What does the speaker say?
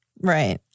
Right